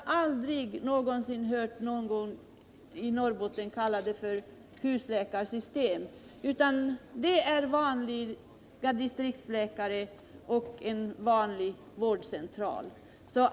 Jag har inte heller hört att man i Norrbotten har kallat det här för husläkarsystem, utan det är en distriktsläkare och en vanlig vårdcentral.